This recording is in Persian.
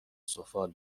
سفال